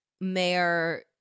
Mayor